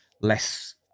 less